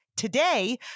Today